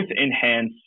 enhance